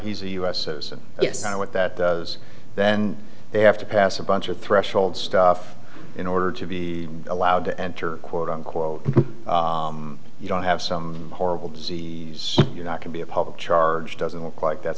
he's a u s citizen yes and what that does then they have to pass a bunch of threshold stuff in order to be allowed to enter quote unquote you don't have some horrible disease you're not can be a public charge doesn't look like that